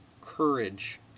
courage